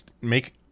make